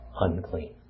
unclean